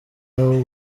aho